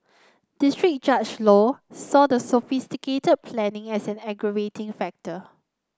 district Judge Low saw the sophisticated planning as an aggravating factor